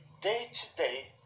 day-to-day